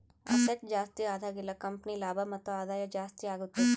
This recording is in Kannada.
ಅಸೆಟ್ ಜಾಸ್ತಿ ಆದಾಗೆಲ್ಲ ಕಂಪನಿ ಲಾಭ ಮತ್ತು ಆದಾಯ ಜಾಸ್ತಿ ಆಗುತ್ತೆ